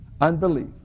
Unbelief